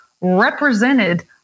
represented